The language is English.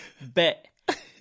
Bet